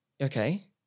Okay